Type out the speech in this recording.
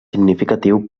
significatiu